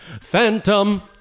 Phantom